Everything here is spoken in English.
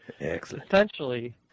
essentially